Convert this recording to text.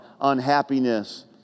unhappiness